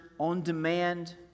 On-demand